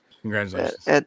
Congratulations